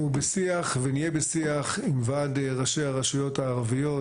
אנחנו בשיח ונהיה בשיח עם ועד ראשי הרשויות הערביות,